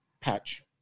patch